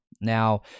Now